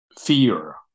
fear